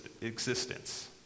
existence